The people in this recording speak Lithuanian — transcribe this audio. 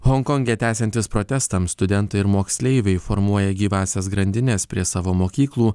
honkonge tęsiantis protestams studentai ir moksleiviai formuoja gyvąsias grandines prie savo mokyklų